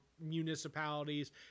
municipalities